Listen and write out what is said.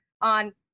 on